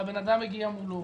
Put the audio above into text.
שהבן-אדם יגיע מולו.